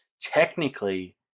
Technically